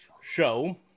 show